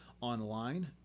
online